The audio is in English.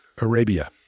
Arabia